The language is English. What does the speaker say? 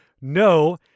no